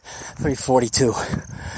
342